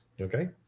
Okay